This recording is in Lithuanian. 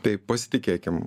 tai pasitikėkim